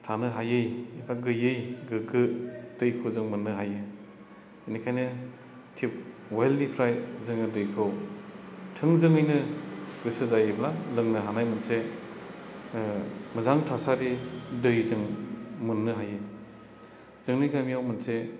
थानो हायै एबा गैयै गोग्गो दैखौ जों मोननो हायो बेनिखायनो टिउबवेलनिफ्राय जोङो दैखौ थोंजोङैनो गोसो जायोब्ला लोंनो हानाय मोनसे मोजां थासारि दैजों मोननो हायो जोंनि गामियाव मोनसे